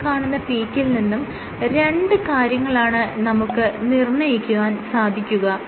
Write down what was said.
ഈ കാണുന്ന പീക്കിൽ നിന്നും രണ്ട് കാര്യങ്ങളാണ് നമുക്ക് നിർണ്ണയിക്കാൻ സാധിക്കുക